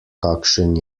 kakšen